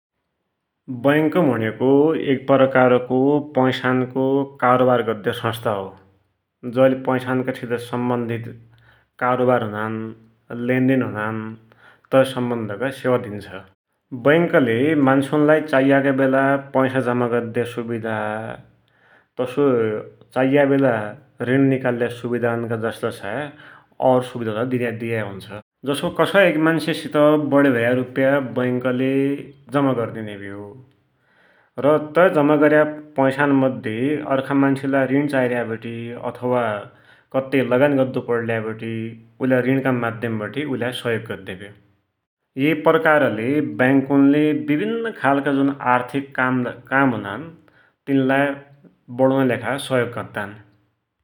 बैङ्क भुण्योको एक प्रकारको पैसान‌को कारोवार गद्द्या संस्था हो, जैले पैशासित सम्वन्धित कारोवार हुनाम, लेनदेन हुनान, तै सम्बन्धका सेवा दिन्छ। बैंकले मान्सुन लाइ चाहियाका बेला पैसा जमा गद्द्या सुविधा तसोइ चाहियो वेला रिन निकाल्या सुविधा जसा और सुविधा दिया हुन्छ । जसो एक मान्ससित वढी भया रूप्या बैंकले जमा गरिदिन्या भ्यो, र तै जमा गर्या पैसान मध्ये अर्खा मान्सलाइ रिण चाहियाबेला अथवा कत्ते लगानी गद्दुपड्या वटी उइलाई रिनका माध्यमवढे सहयोग ग‌द्या भयो। ये प्रकारले बैङ्कुनले विभिन्न प्रकारका जुन आर्थिक काम हुनान तिनलाई वढुनाकि लेखा सहयोग गदान।